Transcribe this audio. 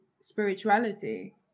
spirituality